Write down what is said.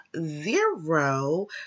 zero